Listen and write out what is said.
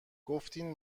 گفتین